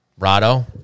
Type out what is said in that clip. Rado